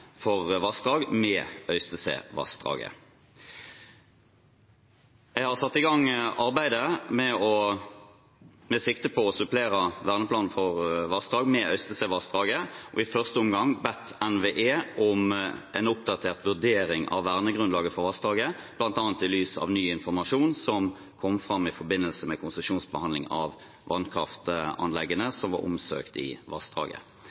for vassdrag med Øystesevassdraget. Jeg har satt i gang arbeidet med sikte på å supplere verneplanen for vassdrag med Øystesevassdraget og i første omgang bedt NVE om en oppdatert vurdering av vernegrunnlaget for vassdraget, bl.a. i lys av ny informasjon som kom fram i forbindelse med konsesjonsbehandling av vannkraftanleggene som var omsøkt i